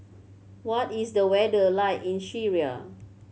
what is the weather like in Syria